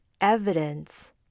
evidence